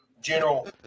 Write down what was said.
general